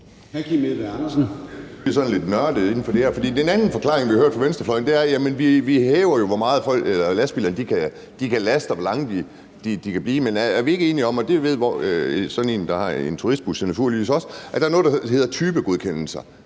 Det er sådan lidt nørdet. For en anden forklaring, vi har hørt fra venstrefløjen, er, at vi jo hæver grænsen for, hvor meget lastbilerne kan laste, og hvor lange de kan blive. Men er vi ikke enige om, og det ved sådan en, der har en turistbus, jo naturligvis også, at der er noget, der hedder typegodkendelser?